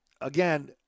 again